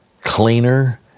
cleaner